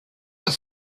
have